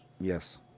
yes